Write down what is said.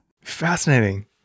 Fascinating